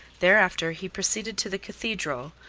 thereafter he proceeded to the cathedral,